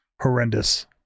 horrendous